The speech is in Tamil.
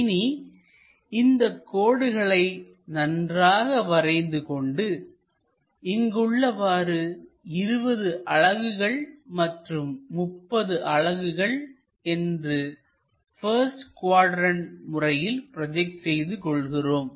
இனி இந்த கோடுகளை நன்றாக வரைந்து கொண்டு இங்கு உள்ளவாறு 20 அலகுகள் மற்றும் 30 அலகுகள் என்று பஸ்ட் குவாட்ரண்ட் முறையில் ப்ரோஜெக்ட் செய்து கொள்கிறோம்